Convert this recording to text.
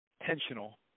intentional